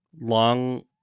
Long